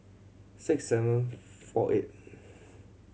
six seven four eight